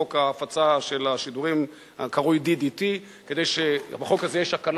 חוק ההפצה של השידורים הקרוי DTT. בחוק הזה יש הקלה